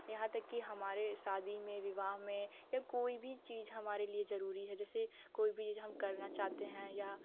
यहाँ तक कि हमारे शादी में विवाह में या कोई भी चीज़ हमारे लिए ज़रूरी है जैसे कोई भी हम करना चाहते हैं या